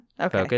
Okay